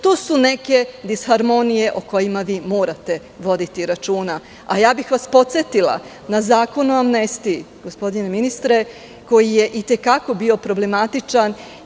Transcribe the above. To su neke disharmonije o kojima vi morate voditi računa, a ja bih vas podsetila na Zakon o amnestiji, gospodine ministre, koji je i te kako bio problematičan.